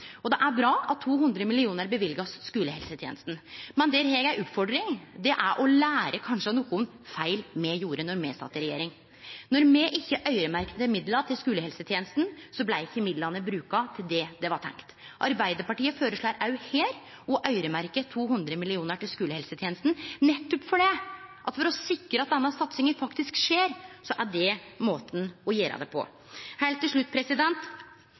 Det er bra at det blir løyvd 200 mill. kr til skulehelsetenesta, men der har eg ei oppfordring, og det er at ein kanskje bør lære av nokre feil me gjorde då me sat i regjering. Når me ikkje øyremerkte midlar til skulehelsetenesta, blei ikkje midlane brukte slik det var tenkt. Arbeidarpartiet føreslår å øyremerkje 200 mill. kr til skulehelsetenesta. For å sikre at denne satsinga faktisk skjer, er det måten å gjere det på. Heilt til slutt: